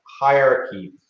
hierarchy